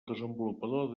desenvolupador